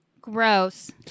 Gross